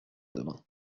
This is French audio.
demain